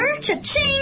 Cha-ching